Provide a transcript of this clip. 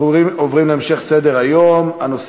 נעבור להצעות לסדר-היום מס'